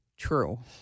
true